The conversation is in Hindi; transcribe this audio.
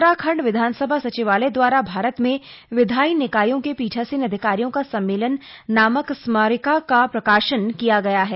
उत्तराखंड विधानसभा सचिवालय दवारा भारत में विधायी निकायों के पीठासीन अधिकारियों का सम्मेलन नामक स्मारिका का प्रकाशन किया गया है